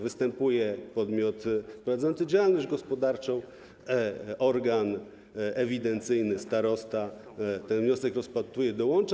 Występuje z tym podmiot prowadzący działalność gospodarczą, organ ewidencyjny, starosta ten wniosek rozpatruje, dołącza.